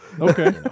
Okay